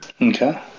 Okay